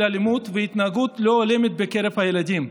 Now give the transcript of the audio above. אלימות והתנהגות לא הולמת בקרב הילדים,